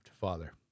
Father